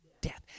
death